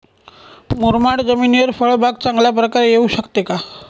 मुरमाड जमिनीवर फळबाग चांगल्या प्रकारे येऊ शकते का?